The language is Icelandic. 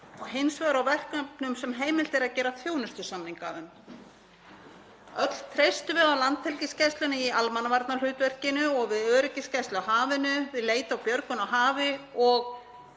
og hins vegar á verkefnum sem heimilt er að gera þjónustusamninga um. Öll treystum við á Landhelgisgæsluna í almannavarnahlutverkinu og við öryggisgæslu á hafinu, við leit og björgun á hafi og